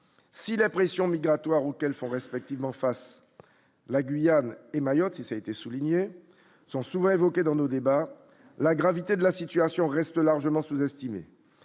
si la pression migratoire auxquels font respectivement face la Guyane et Mayotte et ça a été souligné sont souvent évoqué dans nos débats la gravité de la situation reste largement sous-estimé,